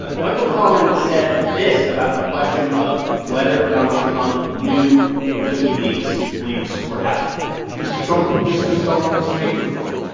like michael cohen said this about the question of whether donald trump knew the wikileaks leaks were happening mr. trump put mr. stone on the speakerphone.